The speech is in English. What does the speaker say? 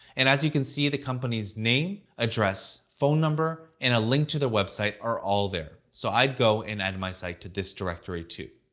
and as you can see, the company's name, address, phone number, and a link to their website are all there. so i'd go and add my site to this directory too.